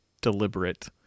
deliberate